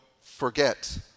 forget